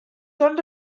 són